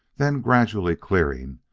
then gradually clearing,